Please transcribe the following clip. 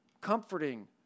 comforting